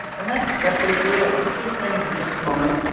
and that's that's basically it. so stay standing for just a moment.